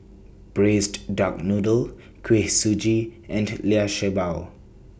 Braised Duck Noodle Kuih Suji and Liu Sha Bao